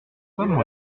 comment